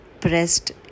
pressed